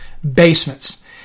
basements